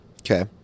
Okay